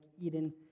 Eden